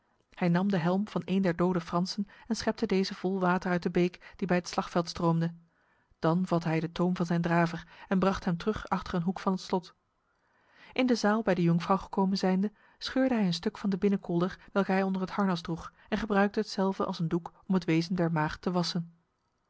hij nam de helm van een der dode fransen en schepte dezelve vol water uit de beek die bij het slagveld stroomde dan vatte hij de toom van zijn draver en bracht hem terug achter een hoek van het slot in de zaal bij de jonkvrouw gekomen zijnde scheurde hij een stuk van de binnen kolder welke hij onder het harnas droeg en gebruikte hetzelve als een doek om het wezen der maagd te wassen